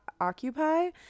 occupy